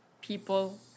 people